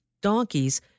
donkeys